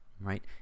right